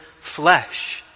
flesh